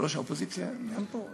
יושב-ראש האופוזיציה גם פה?